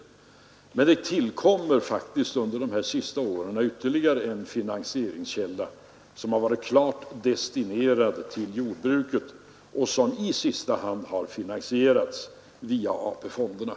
Men det har faktiskt under de senaste åren tillkommit ytterligare en finansieringskälla, som har destinerat krediter till jordbruket och som i sista hand har finansierats via AP-fonderna.